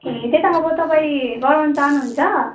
ए त्यही त अब तपाईँ गराउनु चाहनुहुन्छ